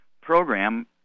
program